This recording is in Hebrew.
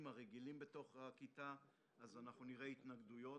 הרגילים בתוך הכיתה אז אנחנו נראה התנגדויות.